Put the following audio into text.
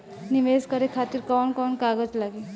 नीवेश करे खातिर कवन कवन कागज लागि?